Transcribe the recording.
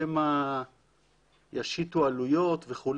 שמא ישיתו עלויות וכו',